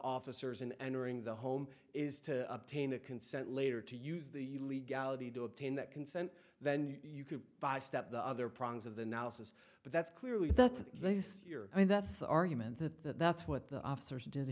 officers in entering the home is to obtain a consent later to use the legality to obtain that consent then you could by step the other progs of the now says but that's clearly that's this year i mean that's the argument that that's what the officers did